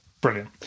brilliant